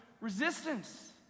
resistance